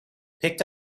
picked